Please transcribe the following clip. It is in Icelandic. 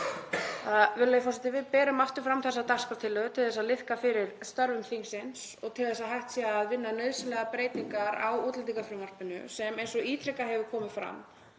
Við berum aftur fram þessa dagskrártillögu til þess að liðka fyrir störfum þingsins og til þess að hægt sé að vinna nauðsynlegar breytingar á útlendingafrumvarpinu sem, eins og ítrekað hefur komið fram,